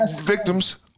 victims